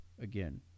again